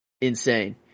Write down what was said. insane